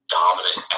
dominant